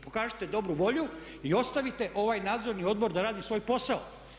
Pokažite dobru volju i ostavite ovaj Nadzorni odbor da radi svoj posao.